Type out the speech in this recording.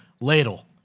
ladle